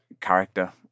character